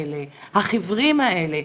החיוורים האלה,